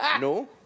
No